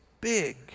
big